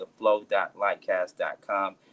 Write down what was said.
theflow.lightcast.com